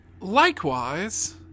Likewise